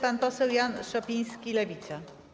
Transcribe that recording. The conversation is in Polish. Pan poseł Jan Szopiński, Lewica.